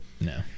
No